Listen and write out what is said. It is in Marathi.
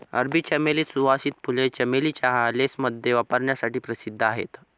अरबी चमेली, सुवासिक फुले, चमेली चहा, लेसमध्ये वापरण्यासाठी प्रसिद्ध आहेत